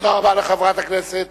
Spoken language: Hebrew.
תודה רבה לחברת הכנסת